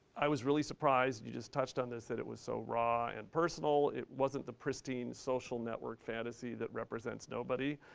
i was really surprised you just touched on this that it was so raw and personal. it wasn't the pristine social network fantasy that represents nobody.